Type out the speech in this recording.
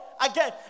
again